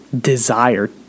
desire